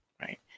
right